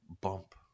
Bump